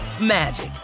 magic